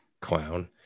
clown